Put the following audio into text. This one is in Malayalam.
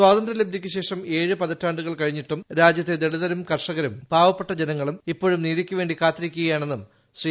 സ്വാതന്ത്ര്യ ലബ്ദിക്കുശേഷം ഏഴ് പതിറ്റാണ്ടുകൾ കഴിഞ്ഞിട്ടും രാജ്യത്തെ ദളിതരും കർഷകരും പാവപ്പെട്ട ജനങ്ങളും ഇപ്പോഴും നീതിക്കുവേണ്ടി കാത്തിരിക്കുകയാണെന്നും ശ്രീ